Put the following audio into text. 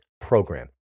program